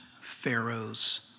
Pharaoh's